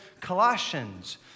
Colossians